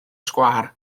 sgwâr